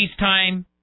FaceTime